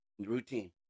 routine